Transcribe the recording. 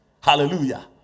Hallelujah